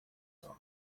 toca